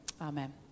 amen